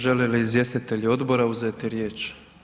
Želi li izvjestitelji odbora uzeti riječ?